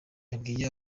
yabwiye